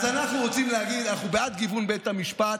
אז אנחנו רוצים להגיד שאנחנו בעד גיוון בית המשפט,